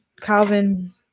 Calvin